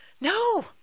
No